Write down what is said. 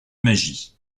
magie